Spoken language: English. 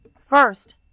first